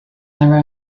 their